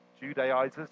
judaizers